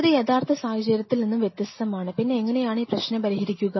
ഇത് യഥാർഥ സാഹചര്യത്തിൽ നിന്നും വ്യത്യസ്തമാണ് പിന്നെ എങ്ങനെയാണ് ഈ പ്രശ്നം പരിഹരിക്കുക